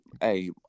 hey